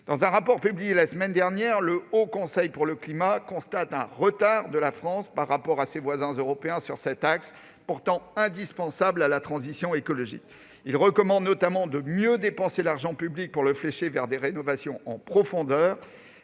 Dans un rapport publié la semaine dernière, le Haut Conseil pour le climat constate un retard de la France par rapport à ses voisins européens dans ce domaine pourtant indispensable à la transition écologique. Il recommande notamment de mieux dépenser l'argent public et de le flécher vers des rénovations en profondeur.